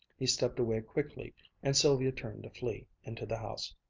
he stepped away quickly and sylvia turned to flee into the house.